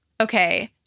okay